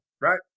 right